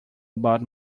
about